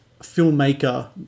filmmaker